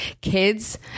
kids